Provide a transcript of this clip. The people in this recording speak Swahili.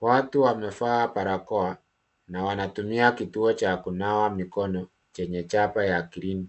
Watu wamevaa barakoa na wanatumia kituo cha kunawa mikono chenye ya chapa ya green .